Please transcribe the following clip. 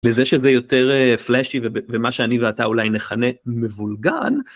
לזה שזה יותר פלשי ובמה שאני ואתה אולי נכנה, מבולגן.